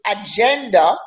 agenda